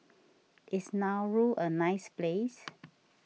Is Nauru a nice place